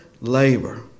labor